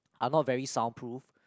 are not very soundproof